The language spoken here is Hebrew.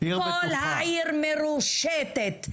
כל העיר מרושתת,